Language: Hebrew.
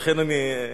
לכן, אני,